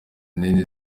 nini